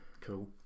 Cool